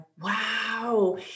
Wow